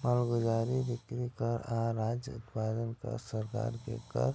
मालगुजारी, बिक्री कर आ राज्य उत्पादन कर सरकार के कर